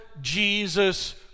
Jesus